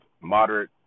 moderate